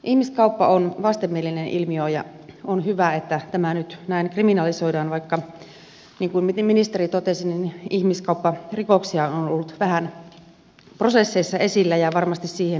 ihmiskauppa on vastenmielinen ilmiö ja on hyvä että tämä nyt näin kriminalisoidaan vaikka niin kuin ministeri totesi ihmiskaupparikoksia on ollut vähän prosesseissa esillä ja varmasti siihen on yksi syy